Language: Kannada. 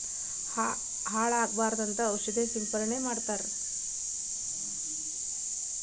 ಹಾಳ ಆಗಬಾರದಂತ ಔಷದ ಸಿಂಪಡಣೆ ಮಾಡ್ತಾರ